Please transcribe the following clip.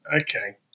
Okay